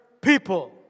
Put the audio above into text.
people